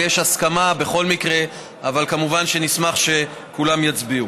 יש הסכמה בכל מקרה, אבל כמובן נשמח שכולם יצביעו.